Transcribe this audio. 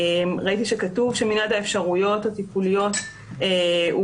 ראיתי שכתוב שמנעד האפשרויות הטיפוליות הוא